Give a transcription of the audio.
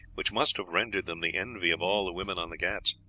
which must have rendered them the envy of all the women on the ghauts.